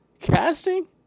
casting